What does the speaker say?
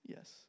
Yes